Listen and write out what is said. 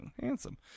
handsome